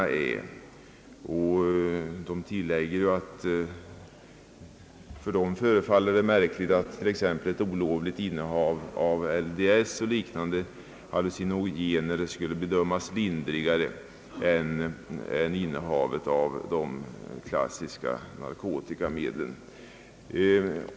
Utredningen tillägger att det förefaller märkligt att t.ex. olovligt innehav av LSD och liknande hallucinogener skulle bedömas lindrigare än innehav av de klassiska narkotikamedlen.